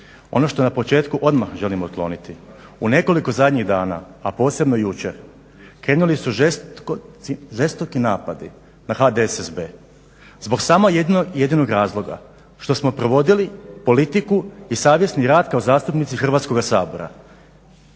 Ono što na početku odmah želim otkloniti, u nekoliko zadnjih dana, a posebno jučer krenuli su žestoki napadi na HDSSB zbog samo jednog jedinog razloga, što smo provodili politiku i savjesni rad kao zastupnici Hrvatskog sabora,